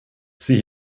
sie